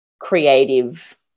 creative